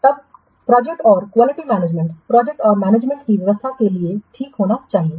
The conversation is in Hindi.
तब प्रोजेक्ट और क्वालिटी मैनेजमेंट प्रोजेक्ट के मैनेजमेंट की व्यवस्था के लिए ठीक होना चाहिए